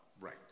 Right